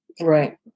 Right